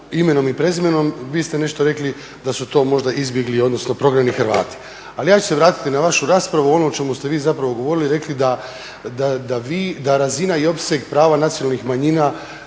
imenom i prezimenom. Vi ste nešto rekli da su to možda izbjegli odnosno prognani Hrvati. Ali ja ću se vratiti na vašu raspravu, ono o čemu ste vi zapravo govorili i rekli da vi, da razina i opseg prava nacionalnih manjina